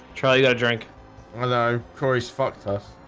charlie that drink although corey's fucked us